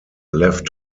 left